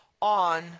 On